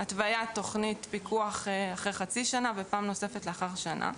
התווית תכנית פיקוח אחרי חצי ושנה ופעם נוספת לאחר שנה.